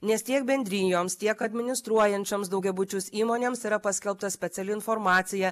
nes tiek bendrijoms tiek administruojančioms daugiabučius įmonėms yra paskelbta speciali informacija